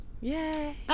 Yay